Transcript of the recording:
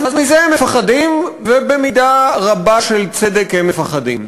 אז מזה הם מפחדים, ובמידה רבה של צדק הם מפחדים.